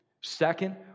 Second